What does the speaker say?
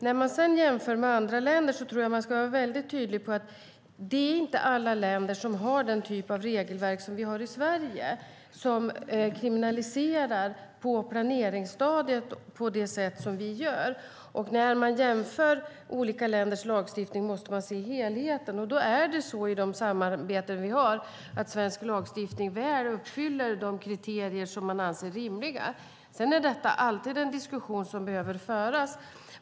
När man sedan jämför med andra länder tror jag dock att man ska vara väldigt tydlig med att det inte är alla länder som har den typ av regelverk vi har i Sverige, som kriminaliserar på planeringsstadiet på det sätt vi gör. När man jämför olika länders lagstiftning måste man se helheten, och då är det så i de samarbeten vi har att svensk lagstiftning väl uppfyller de kriterier man anser rimliga. Sedan är detta alltid en diskussion som behöver föras.